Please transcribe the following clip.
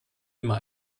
immer